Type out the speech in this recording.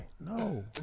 no